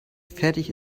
fertig